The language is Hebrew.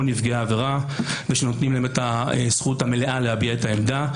נפגעי העבירה ושנותנים להם את הזכות המלאה להביע את העמדה,